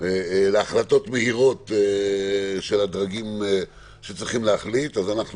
להחלטות מהירות של הדרגים שצריכים להחליט, אנחנו